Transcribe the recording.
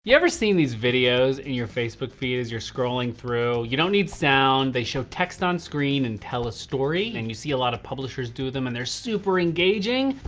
you ever seen these videos in your facebook feed as you're scrolling through? you don't need sound. they show text on screen and tell a story and you see a lot of publishers do them and they're super engaging.